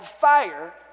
fire